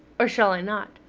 or shall i not?